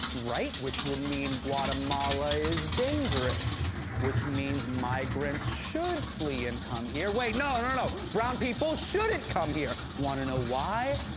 right, which would mean guatemala is dangerous which means migrants should flee and come here wait! no! brown people shouldn't come here. want to know why?